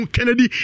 Kennedy